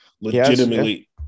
legitimately –